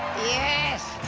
yes,